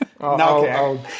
Okay